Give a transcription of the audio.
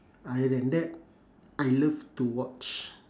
other than that I love to watch